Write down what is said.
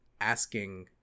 asking